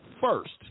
first